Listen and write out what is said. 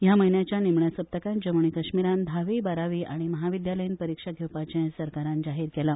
ह्या म्हयन्याच्या निमण्या सप्तकात जम्मु आनी काश्मीरान धावी बारावी आनी महाविद्यालयीन परिक्षा घेवपाचे सरकारान जाहीर केला